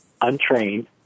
untrained